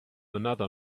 another